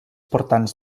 portants